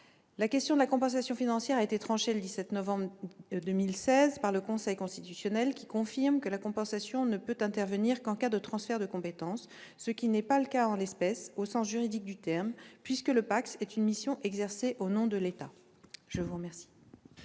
La question de la compensation financière a été tranchée, le 17 novembre 2016, par le Conseil constitutionnel, qui confirme que la compensation ne peut intervenir qu'en cas de transfert de compétences, ce qui n'est pas le cas en l'occurrence, au sens juridique du terme, puisque le PACS est une mission exercée au nom de l'État. La parole